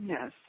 Yes